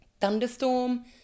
thunderstorm